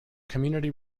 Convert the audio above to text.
community